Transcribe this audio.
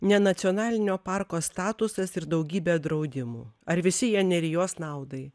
ne nacionalinio parko statusas ir daugybė draudimų ar visi jie nerijos naudai